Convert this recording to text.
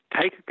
take